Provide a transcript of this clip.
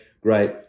great